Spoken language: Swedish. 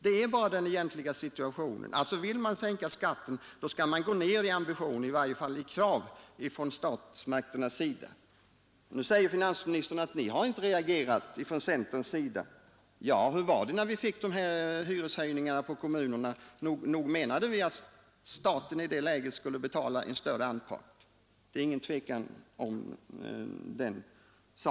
Detta är situationen sådan den är. För att kunna sänka kommunalskatten måste staten minska ambitionen och kraven på kommunerna. Nu säger finansministern att ni har inte reagerat från centerns sida. Var det inte så att vi i samband med beslutet om de kommunala hyresbidragshöjningarna yrkade att staten skulle betala en större del? Det borde väl finansministern ha i minnet.